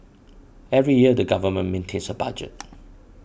every year the government maintains a budget